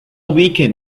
weaken